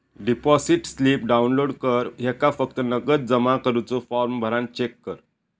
deposit slip download कर ह्येका फक्त नगद जमा करुचो फॉर्म भरान चेक कर